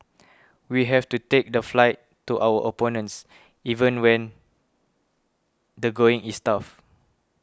we have to take the fight to our opponents even when the going is tough